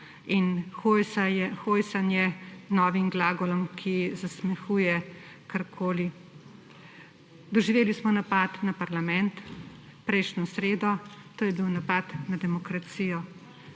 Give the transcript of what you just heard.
in hojsanje – novim glagolom, ki zasmehuje karkoli. Doživeli smo napad na parlament prejšnjo sredo. To je bil napad na demokracijo.